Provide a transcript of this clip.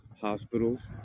Hospitals